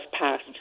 passed